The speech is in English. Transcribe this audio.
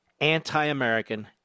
anti-American